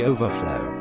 Overflow